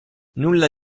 nulla